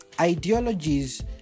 ideologies